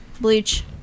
Bleach